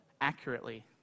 accurately